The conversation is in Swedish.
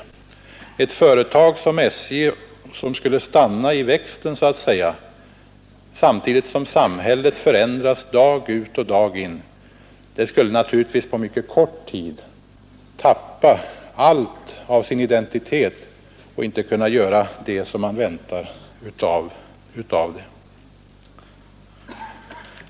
Om ett företag som SJ skulle stanna i växten så att säga, samtidigt som samhället förändras dag ut och dag in, skulle det naturligtvis på mycket kort tid tappa allt av sin identitet och inte kunna göra det som man väntar av det.